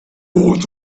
want